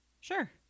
Sure